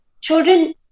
children